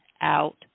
out